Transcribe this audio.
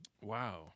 wow